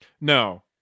no